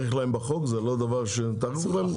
זה לא דבר שנתנו כבר?